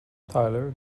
tyler